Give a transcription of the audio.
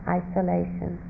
isolation